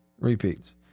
repeats